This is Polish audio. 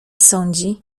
sądzi